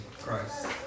Christ